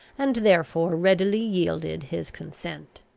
and therefore readily yielded his consent.